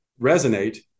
resonate